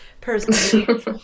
personally